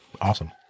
Awesome